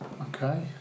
Okay